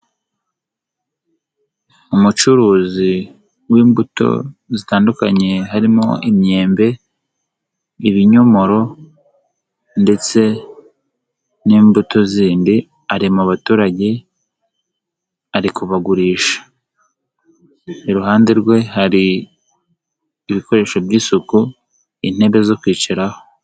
Umucuruzi w'imbuto zitandukanye harimo imyembe, ibinyomoro ndetse n'imbuto zindi, ari mu baturage ari kubagurisha. Iruhande rwe hari ibikoresho by'isuku intebe zo kwicaraho.